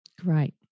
Great